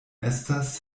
estas